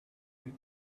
you